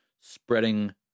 spreading